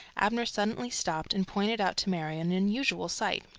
abner suddenly stopped, and pointed out to mary an unusual sight.